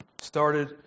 started